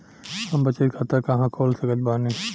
हम बचत खाता कहां खोल सकत बानी?